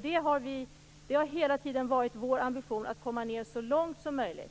Det har hela tiden varit vår ambition att komma så långt ned som möjligt.